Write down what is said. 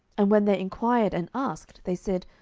and when they enquired and asked, they said,